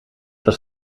was